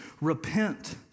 repent